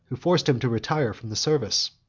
who forced him to retire from the service.